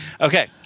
Okay